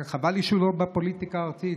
חבל לי שהוא לא בפוליטיקה הארצית,